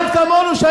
אחד כמונו,